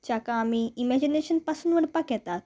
जाका आमी इमेजिनेशन पासून म्हणपाक येतात